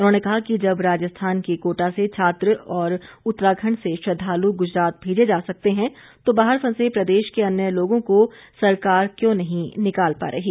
उन्होंने कहा कि जब राजस्थान के कोटा से छात्र और उत्तराखंड से श्रद्वालु गुजरात भेजे जा सकते है तो बाहर फंसे प्रदेश के अन्य लोगों को सरकार क्यों नहीं निकाल पा रही